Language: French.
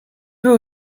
veut